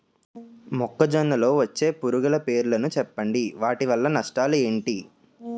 మొక్కజొన్న లో వచ్చే పురుగుల పేర్లను చెప్పండి? వాటి వల్ల నష్టాలు ఎంటి?